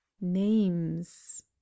Names